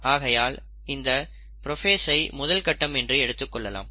ஆகையால் இந்த புரோஃபேசை முதல் கட்டம் என்று எடுத்துக் கொள்ளலாம்